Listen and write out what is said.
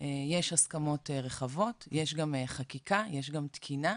יש הסכמות רחבות, יש גם חקיקה, יש גם תקינה,